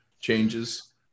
changes